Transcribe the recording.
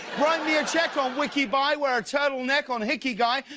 write me a check on wikibuy, wear a turtleneck on hickeyguy,